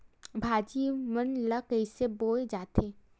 भाजी मन ला कइसे बोए जाथे?